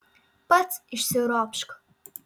pats išsiropšk